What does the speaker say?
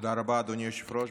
תודה רבה, אדוני היושב-ראש.